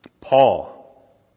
Paul